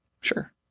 Sure